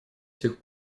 тех